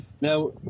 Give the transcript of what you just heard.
Now